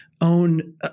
own